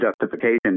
justification